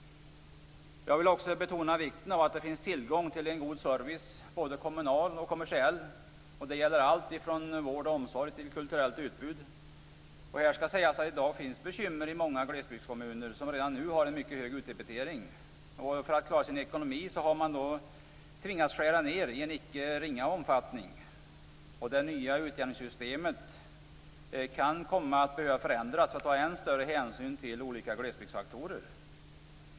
Jag vill också betona vikten av att det finns tillgång till en god service, både kommunal och kommersiell. Det gäller allt ifrån vård och omsorg till kulturellt utbud. Här skall säjas att det i dag finns bekymmer i många glesbygdskommuner, som redan nu har en mycket hög utdebitering, och för att klara sin ekonomi har man tvingats skära ned i en icke ringa omfattning. Det nya utjämningssystemet kan komma att behöva förändras för att ta än större hänsyn till olika glesbygdsfaktorer.